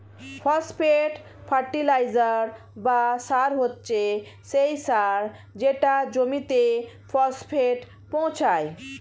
phosphate fertiliser বা সার হচ্ছে সেই সার যেটা জমিতে ফসফেট পৌঁছায়